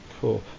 Cool